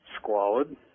squalid